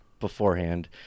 beforehand